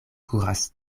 kuras